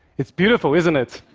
it's beautiful, isn't it?